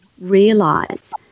realize